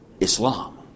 Islam